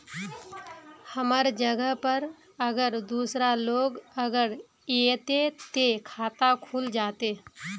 हमर जगह पर अगर दूसरा लोग अगर ऐते ते खाता खुल जते?